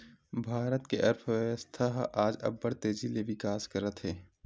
भारत के अर्थबेवस्था ह आज अब्बड़ तेजी ले बिकास करत हे